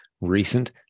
recent